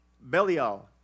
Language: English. Belial